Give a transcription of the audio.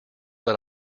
but